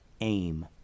aim